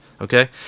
okay